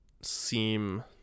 seem